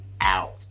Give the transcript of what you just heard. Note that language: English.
out